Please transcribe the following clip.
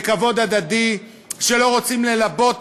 בכבוד הדדי, שלא רוצים ללבות,